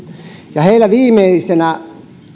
heillä on viimeisenä